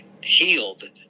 healed